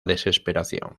desesperación